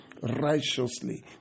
righteously